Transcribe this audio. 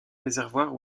réservoir